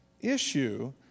issue